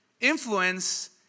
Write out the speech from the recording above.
Influence